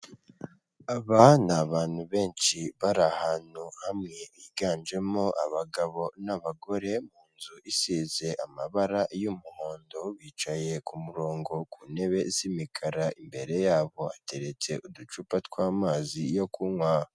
Aba ni abantu benshi bari ahantu hamwe higanjemo abagabo n'abagore, inzu isize amabara y'umuhondo bicaye ku murongo ku ntebe z'imikara, imbere yabo hateretse uducupa tw'amazi yo kunywa.